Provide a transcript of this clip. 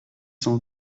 cent